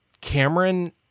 Cameron